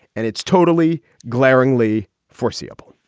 and it's totally glaringly foreseeable